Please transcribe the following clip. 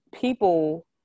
people